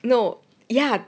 no ya